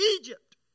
Egypt